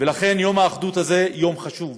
ולכן, יום האחדות הזה הוא יום חשוב,